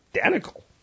identical